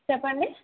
చెప్పండి